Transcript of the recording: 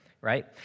right